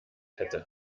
hätte